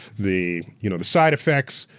the you know the side effects,